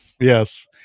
Yes